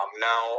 now